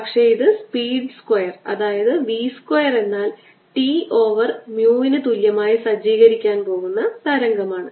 പക്ഷേ ഇത് speed square അതായത് v സ്ക്വയർ എന്നാൽ T ഓവർ mu ന് തുല്യമായി സജ്ജീകരിക്കാൻ പോകുന്ന തരംഗമാണ്